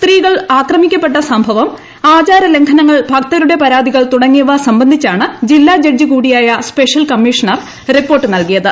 സ്ത്രീകൾ ആക്രമിക്കപ്പെട്ട സംഭവം ആചാര ലംഘനങ്ങൾ ഭക്തരുടെ പരാതികൾ തുടങ്ങിയവ സംബന്ധിച്ചാണ് ജില്ലാ ജഡ്ജി കൂടിയായ സ്പെഷ്യൽ കമ്മീഷ്ണർ റിപ്പോർട്ട് നൽകിയത്